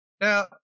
Now